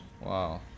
Wow